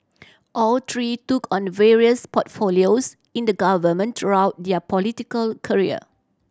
all three took on various portfolios in the government throughout their political career